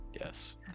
Yes